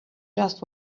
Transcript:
just